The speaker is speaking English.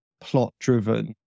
plot-driven